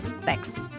Thanks